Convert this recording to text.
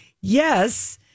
Yes